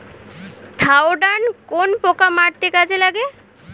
Thiodan কোন পোকা মারতে কাজে লাগে?